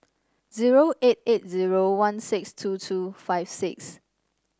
zero eight eight zero one six two two five six